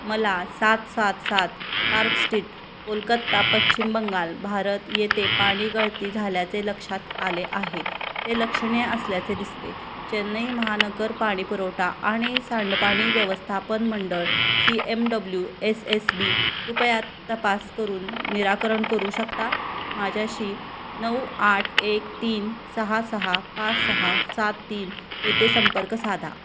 मला सात सात सात पार्क स्टीट कोलकत्ता पश्चिम बंगाल भारत येथे पाणी गळती झाल्याचे लक्षात आले आहे ते लक्षणीय असल्याचे दिसते चेन्नई महानगर पाणी पुरवठा आणि सांडपाणी व्यवस्थापन मंडळ C M W S S B कृपया तपास करून निराकरण करू शकता माझ्याशी नऊ आठ एक तीन सहा सहा पाच सहा सात तीन येथे संपर्क साधा